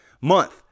month